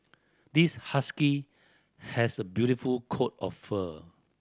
this husky has a beautiful coat of fur